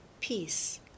Peace